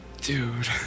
Dude